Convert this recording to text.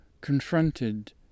confronted